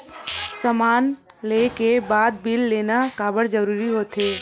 समान ले के बाद बिल लेना काबर जरूरी होथे?